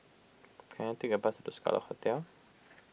can I take a bus to Scarlet Hotel